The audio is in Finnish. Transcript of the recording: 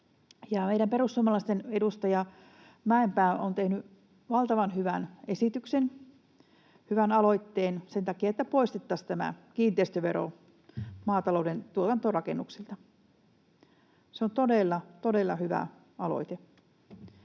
Meidän perussuomalaisten edustaja Mäenpää on tehnyt valtavan hyvän esityksen, hyvän aloitteen, sen takia, että poistettaisiin tämä kiinteistövero maatalouden tuotantorakennuksilta. Se on todella, todella hyvä aloite.